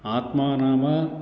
आत्मा नाम